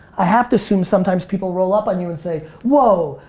i have to assume sometimes people roll up on you and say, whoa,